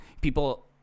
people